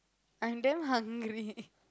I'm damn hungry